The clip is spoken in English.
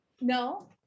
No